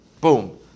Boom